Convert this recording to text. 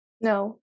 No